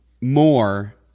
more